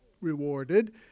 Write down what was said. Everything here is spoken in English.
rewarded